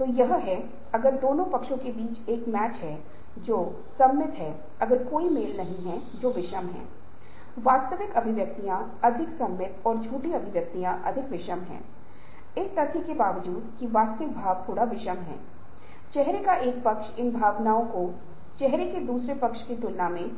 और जब आप बदलाव की पहल कर रहे हैं तो विभिन्न खतरे हो सकते हैं प्रतिरोध होगा क्योंकि मौजूदा समूह पावर बेस का खतरा मौजूदा संसाधन आवंटन के लिए खतरा संरचनात्मक अंतर्निहित जड़ता सांस्कृतिक मानसिकता जड़ता उलझी हुई रुचि जो बदलाव के लिए जाने पर संतुष्ट नहीं